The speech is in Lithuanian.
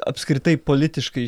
apskritai politiškai